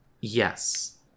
Yes